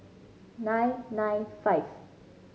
nine nine five